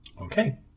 Okay